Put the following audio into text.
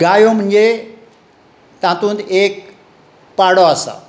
गायो म्हणजे तातूंत एक पाडो आसा